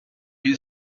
you